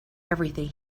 everything